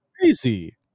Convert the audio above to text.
crazy